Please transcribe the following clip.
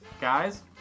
Guys